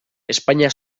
espainia